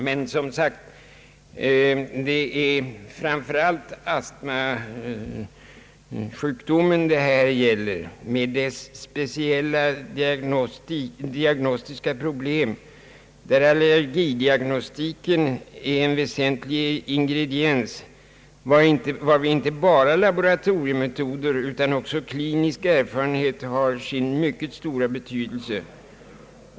Det är dock framför allt astmasjukdomen det här gäller med dess speciella diagnostiska problem, där allergidiagnostiken är en väsentlig ingrediens och där inte bara laboratoriemetoder utan också klinisk erfarenhet har sin mycket stora betydelse.